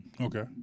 Okay